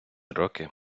роки